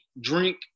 drink